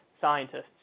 scientists